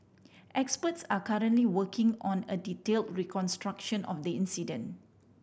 experts are currently working on a detail reconstruction of the incident